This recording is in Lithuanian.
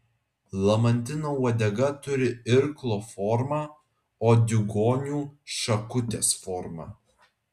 lamantino uodega turi irklo formą o diugonių šakutės formą